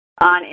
on